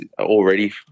already